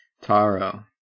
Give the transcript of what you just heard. Taro